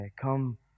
come